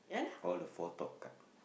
all the four top card